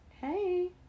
hey